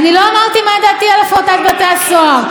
אני לא אמרתי מה דעתי על הפרטת בתי הסוהר.